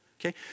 Okay